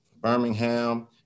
Birmingham